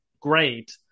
great